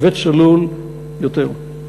וצלול יותר.